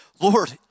Lord